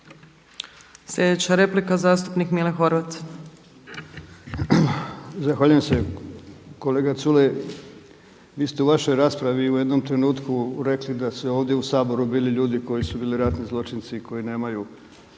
Sljedeća replika zastupnik Mile Horvat. **Horvat, Mile (SDSS)** Zahvaljujem se. Kolega Culej, vi ste u vašoj raspravi u jednom trenutku rekli da su ovdje u Saboru bili ljudi koji su bili ratni zločinci, koji nemaju